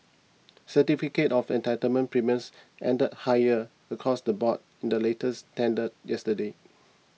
certificate of entitlement premiums ended higher across the board in the latest tender yesterday